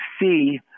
see